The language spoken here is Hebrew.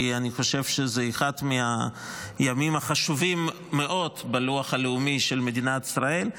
כי אני חושב שזה אחד מהימים החשובים מאוד בלוח הלאומי של מדינת ישראל,